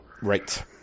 Right